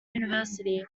university